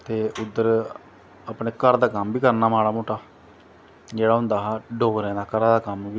ते उध्दर अपनैं घर दा कम्म बी कररनां माड़ा मुट्टा जेह्ड़ा होंदा ही डोगरें दा कम्म बी